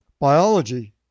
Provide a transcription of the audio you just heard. Biology